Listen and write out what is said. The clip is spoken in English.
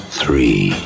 three